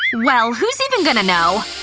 well, who's even gonna know?